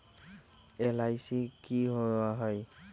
LIC की होअ हई?